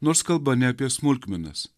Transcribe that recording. nors kalba ne apie smulkmenas